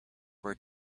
were